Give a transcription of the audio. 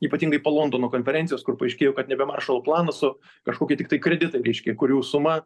ypatingai po londono konferencijos kur paaiškėjo kad nebe maršalo planas su kažkokie tiktai kreditai reiškia kurių suma